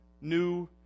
new